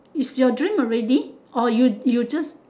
is your dream already or you just